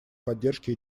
поддержки